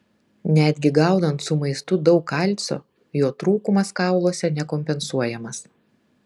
netgi gaunant su maistu daug kalcio jo trūkumas kauluose nekompensuojamas